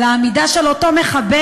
על העמידה של אותו מחבל,